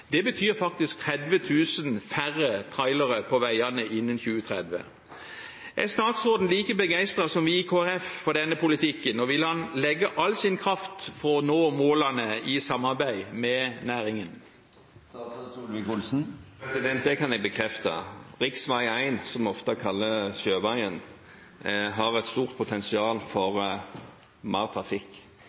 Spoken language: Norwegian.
Det betyr 30 000 færre trailere på veiene innen 2030. Er statsråden like begeistret som oss i Kristelig Folkeparti for denne politikken, og vil han legge all sin kraft i å nå målene i samarbeid med næringen? Det kan jeg bekrefte. Riksvei 1, som vi ofte kaller sjøveien, har et stort potensial for